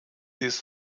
des